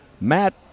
Matt